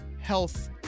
Health